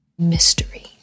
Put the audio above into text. mystery